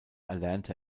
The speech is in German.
erlernte